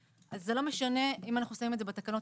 אז זה לא משנה אם אנחנו שמים את זה בתקנות,